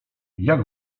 jak